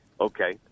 Okay